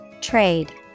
Trade